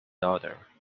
daughter